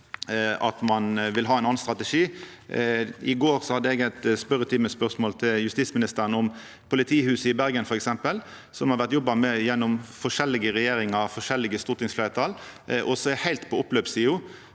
at ein vil ha ein annan strategi. I går hadde eg eit spørjetimespørsmål til justisministeren om politihuset i Bergen, som har vore jobba med gjennom forskjellige regjeringar og forskjellige stortingsfleirtal, og som er heilt på oppløpssida.